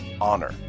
honor